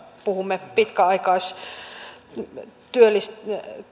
puhumme pitkäaikaistyöllistymisestä